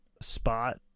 spot